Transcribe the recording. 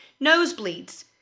Nosebleeds